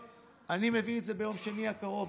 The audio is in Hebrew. שאומרת: אני מביא את זה ביום שני הקרוב,